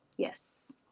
Yes